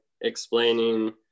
explaining